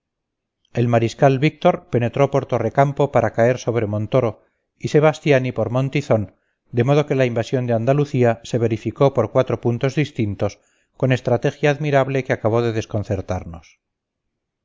el mariscal víctor penetró por torrecampo para caer sobre montoro y sebastiani por montizón de modo que la invasión de andalucía se verificó por cuatro puntos distintos con estrategia admirable que acabó de desconcertarnos